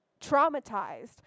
traumatized